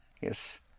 Yes